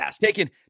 taking